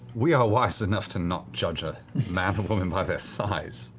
we are wise enough to not judge a man or woman by their size,